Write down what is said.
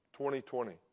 2020